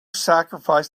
sacrifice